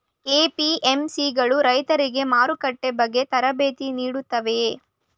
APMC ಗಳು ರೈತರಿಗೆ ಮಾರುಕಟ್ಟೆ ಬಗ್ಗೆ ತರಬೇತಿ ನೀಡುತ್ತವೆಯೇ?